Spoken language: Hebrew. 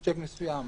שיק מסוים,